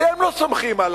אתם לא סומכים על